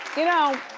you know,